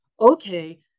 okay